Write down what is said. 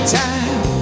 time